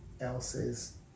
else's